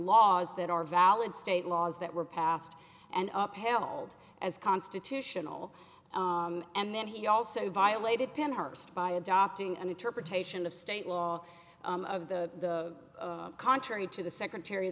laws that are valid state laws that were passed and up held as constitutional and then he also violated penn herbst by adopting an interpretation of state law of the contrary to the secretary